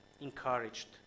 encouraged